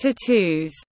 tattoos